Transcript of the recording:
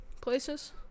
places